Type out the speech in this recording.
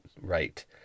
right